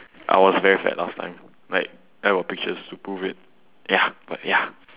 I was very fat last time like I got pictures to prove it ya but ya